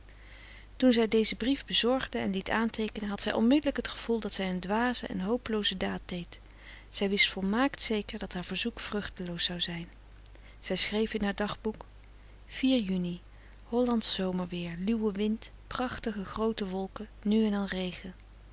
toen zij dezen brief bezorgde en liet aanteekenen had zij onmiddelijk het gevoel dat zij een dwaze en hopelooze daad deed zij wist volmaakt zeker dat haar verzoek vruchteloos zou zijn zij schreef in haar dagboek uni ollandsch zomerweer luwe wind prachtige groote wolken nu en dan regen